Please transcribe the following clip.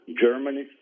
Germany